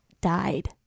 Died